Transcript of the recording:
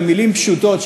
במילים פשוטות,